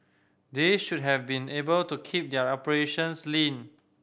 they should have been able to keep their operations lean